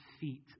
feet